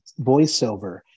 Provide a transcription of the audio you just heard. voiceover